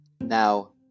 Now